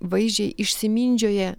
vaizdžiai išsimindžioję